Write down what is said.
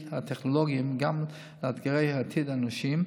הטכנולוגיים וגם לאתגרי העתיד האנושיים,